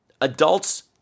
adults